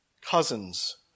cousins